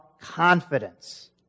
confidence